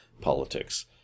politics